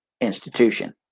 institution